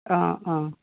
অঁ অঁ